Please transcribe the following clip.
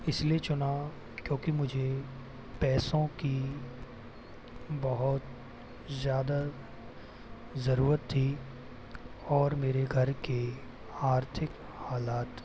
इसलिए चुना क्योंकि मुझे पैसो की बहुत ज़्यादा ज़रूरत थी और मेरे घर के आर्थिक हालात